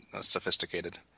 sophisticated